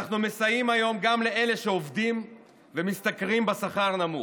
אנחנו מסייעים היום גם לאלה שעובדים ומשתכרים שכר נמוך.